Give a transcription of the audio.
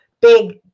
big